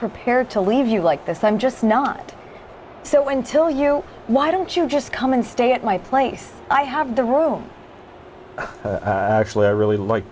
prepared to leave you like this i'm just not so when till you why don't you just come and stay at my place i have the room actually i really like